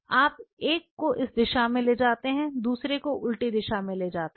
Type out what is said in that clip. आप एक को इस दिशा में ले जाते हैं दूसरे को उल्टी दिशा में ले जाते हैं